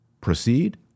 proceed